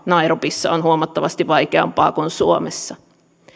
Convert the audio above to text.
nairobissa on huomattavasti vaikeampi kuin suomessa